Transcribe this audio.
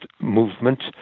movement